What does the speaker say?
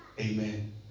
Amen